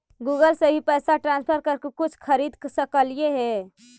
Google से भी पैसा ट्रांसफर कर के कुछ खरिद सकलिऐ हे?